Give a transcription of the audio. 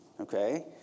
okay